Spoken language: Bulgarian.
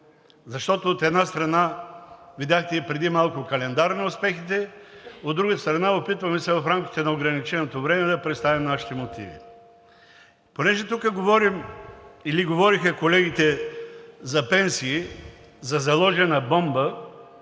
защото, от една страна, видяхте преди малко календар на успехите, от друга страна, опитваме се в рамките на ограниченото време да представим нашите мотиви, тъй като тук говорим или говореха колегите за пенсиите, че е заложена бомба.